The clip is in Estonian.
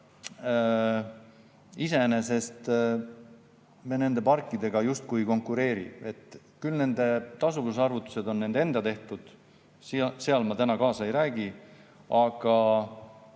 iseenesest me nende parkidega justkui ei konkureeri. Nende tasuvusarvutused on nende enda tehtud, seal ma kaasa ei räägi. Aga